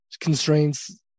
constraints